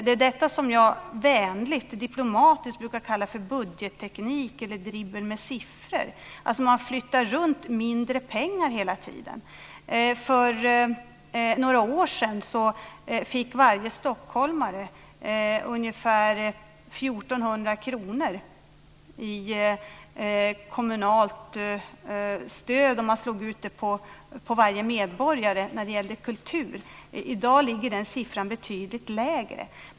Det är detta som jag vänligt och diplomatiskt brukar kalla för budgetteknik eller dribbel med siffror. Man flyttar runt mindre mängder pengar hela tiden. För några år sedan fick varje stockholmare ungefär 1 400 kr i kommunalt stöd när det gällde kultur. I dag ligger den siffran betydligt lägre.